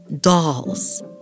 dolls